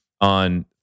on